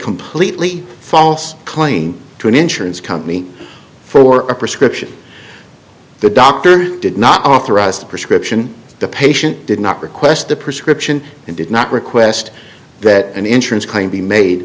completely false claim to an insurance company for a prescription the doctor did not authorize the prescription the patient did not request the prescription and did not request that an insurance claim be made